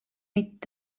mit